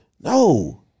No